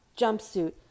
jumpsuit